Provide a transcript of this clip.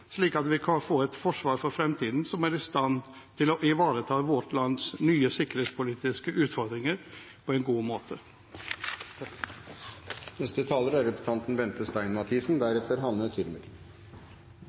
slik at vi kan få et forsvar for fremtiden som er i stand til å ivareta vårt lands nye sikkerhetspolitiske utfordringer på en god måte. Vi er